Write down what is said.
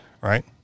right